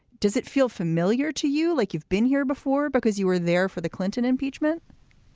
does it feel familiar to you like you've been here before because you were there for the clinton impeachment?